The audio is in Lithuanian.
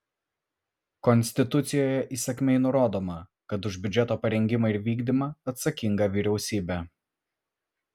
konstitucijoje įsakmiai nurodoma kad už biudžeto parengimą ir vykdymą atsakinga vyriausybė